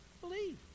believe